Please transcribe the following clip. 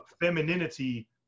femininity